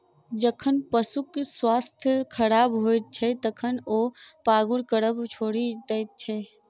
जखन पशुक स्वास्थ्य खराब होइत छै, तखन ओ पागुर करब छोड़ि दैत छै